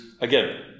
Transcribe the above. again